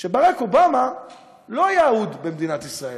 שברק אובמה לא היה אהוד במדינת ישראל,